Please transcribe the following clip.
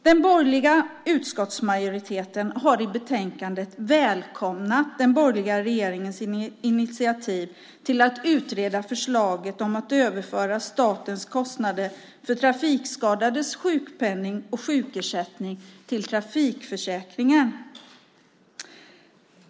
Den borgerliga utskottsmajoriteten har i betänkandet välkomnat den borgerliga regeringens initiativ att utreda förslaget om att överföra statens kostnader för trafikskadades sjukpenning och sjukersättning till trafikförsäkringen.